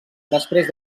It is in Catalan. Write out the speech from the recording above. després